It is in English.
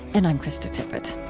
and i'm krista tippett